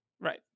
Right